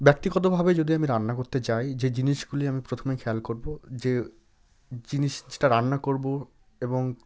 ব্যক্তিগতভাবে যদি আমি রান্না করতে যাই যে জিনিসগুলি আমি প্রথমে খেয়াল করব যে জিনিসটা রান্না করব এবং